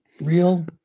Real